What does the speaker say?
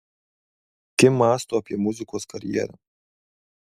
kim mąsto apie muzikos karjerą